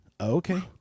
Okay